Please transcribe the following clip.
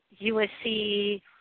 USC